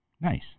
Nice